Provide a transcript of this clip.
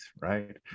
right